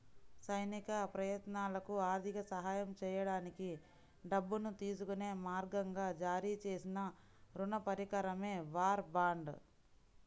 సైనిక ప్రయత్నాలకు ఆర్థిక సహాయం చేయడానికి డబ్బును తీసుకునే మార్గంగా జారీ చేసిన రుణ పరికరమే వార్ బాండ్